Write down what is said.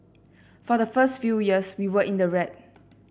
for the first few years we were in the red